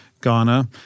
Ghana